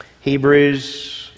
Hebrews